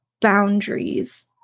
boundaries